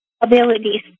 abilities